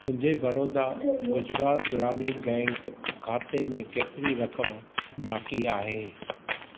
मुंहिंजे बड़ोदा गुजरात ग्रामीण बैंक खाते में केतिरी रक़म बाक़ी आहे